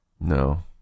no